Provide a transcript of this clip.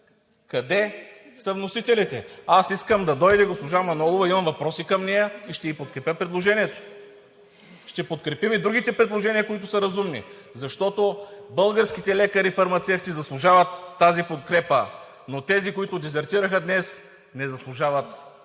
Къде са вносителите? Аз искам да дойде госпожа Манолова – имам въпроси към нея, и ще ѝ подкрепя предложението. Ще подкрепим и другите предложения, които са разумни, защото българските лекари-фармацевти заслужават тази подкрепа, но тези, които дезертираха днес, не заслужават